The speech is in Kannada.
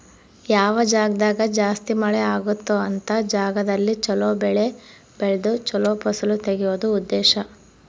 ಯಾವ ಜಾಗ್ದಾಗ ಜಾಸ್ತಿ ಮಳೆ ಅಗುತ್ತೊ ಅಂತ ಜಾಗದಲ್ಲಿ ಚೊಲೊ ಬೆಳೆ ಬೆಳ್ದು ಚೊಲೊ ಫಸಲು ತೆಗಿಯೋದು ಉದ್ದೇಶ